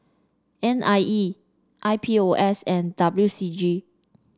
N I E I P O S and W C G